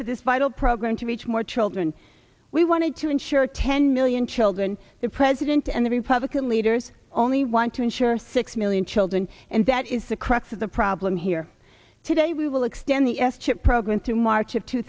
to reach more children we wanted to insure ten million children the president and the republican leaders only want to insure six million children and that is the crux of the problem here today we will extend the s chip program through march of two